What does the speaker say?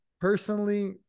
Personally